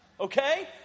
Okay